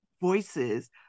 Voices